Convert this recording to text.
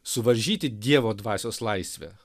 suvaržyti dievo dvasios laisvę